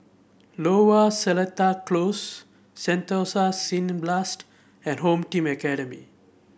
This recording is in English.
Lower Seletar Close Sentosa Cineblast and Home Team Academy